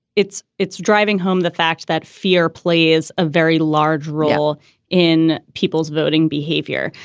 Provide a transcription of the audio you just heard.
it's it's driving home the fact that fear plays a very large role in people's voting behavior.